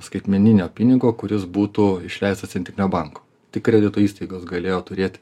skaitmeninio pinigo kuris būtų išleistas centrinio banko tik kredito įstaigos galėjo turėti